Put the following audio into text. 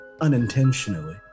unintentionally